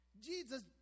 Jesus